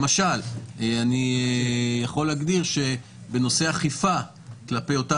למשל אני יכול להגדיר שבנושא אכיפה כלפי אותה